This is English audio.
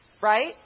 right